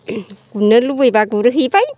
गुरनो लुबैब्ला गुरहैबाय